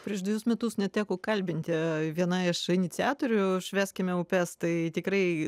prieš dvejus metus net teko kalbinti viena iš iniciatorių švęskime upes tai tikrai